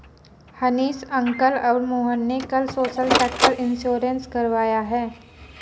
Hanish uncle और मोहन ने कल सोशल सेक्टर इंश्योरेंस करवाया है